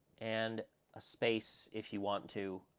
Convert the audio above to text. and a space if you want to,